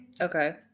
Okay